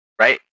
Right